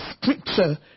scripture